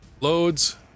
loads